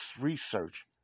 research